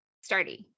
starting